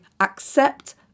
accept